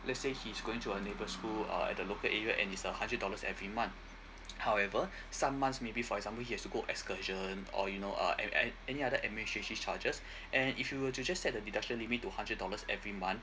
let's say he's going to a neighbor school uh at the local area and is a hundred dollars every month however some months maybe for example he has to go excursion or you know uh a~ any other administrative charges and if you were to just set the deduction limit to hundred dollars every month